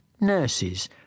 nurses